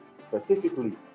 specifically